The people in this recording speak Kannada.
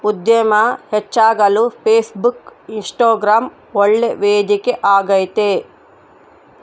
ಉದ್ಯಮ ಹೆಚ್ಚಾಗಲು ಫೇಸ್ಬುಕ್, ಇನ್ಸ್ಟಗ್ರಾಂ ಒಳ್ಳೆ ವೇದಿಕೆ ಆಗೈತೆ